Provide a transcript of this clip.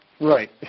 Right